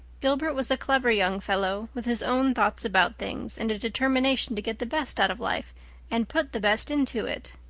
gilbert was a clever young fellow, with his own thoughts about things and a determination to get the best out of life and put the best into it.